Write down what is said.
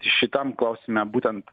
šitam klausime būtent